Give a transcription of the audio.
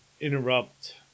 interrupt